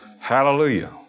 Hallelujah